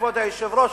כבוד היושב-ראש,